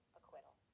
acquittal